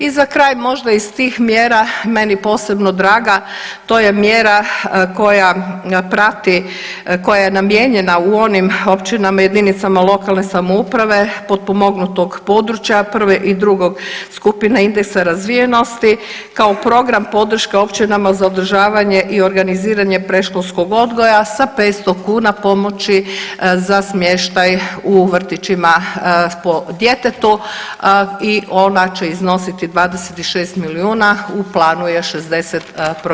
I za kraj možda iz tih mjera meni posebno draga, to je mjera koja prati, koja je namijenjena u onim općinama i jedinicama lokalne samouprave, potpomognutog područja, 1. i 2. skupine indeksa razvijenosti, kao program podrške općinama za održavanje i organiziranje predškolskog odgoja sa 500 kuna pomoći za smještaj u vrtićima po djetetu i ona će iznositi 26 milijuna, u planu je 60 programa.